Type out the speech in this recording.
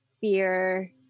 fear